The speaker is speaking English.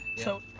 so,